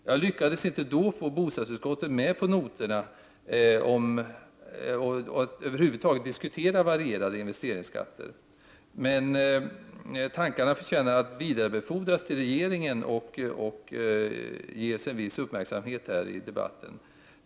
Jag lyckades då inte få bostadsutskottet med på noterna och att över huvud taget diskutera varierade investeringsskatter, men tankarna förtjänar att vidarebefordras till regeringen och ges en viss uppmärksamhet här i debatten.